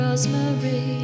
Rosemary